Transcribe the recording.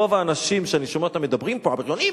רוב האנשים שאני שומע אותם מדברים: הבריונים,